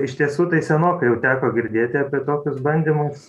iš tiesų tai senokai jau teko girdėti apie tokius bandymais